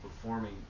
performing